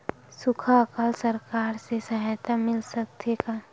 सुखा अकाल सरकार से सहायता मिल सकथे का?